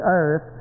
earth